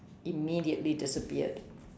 immediately disappeared